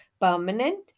permanent